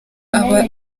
aba